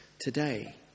today